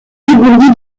dégourdi